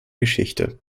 geschichte